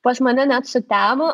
pas mane net sutemo